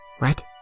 Right